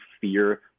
fear